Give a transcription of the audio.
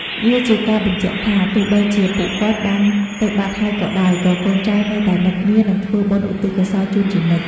វាជាការបញ្ជាក់ថា ទោះបីជាពួកគាត់បានទៅបាត់ហើយក៏ដោយ ក៏កូនចៅនៅតែនឹកនា និងធ្វើបុណ្យឧទ្ទិសកុសលជូនជានិច្ច។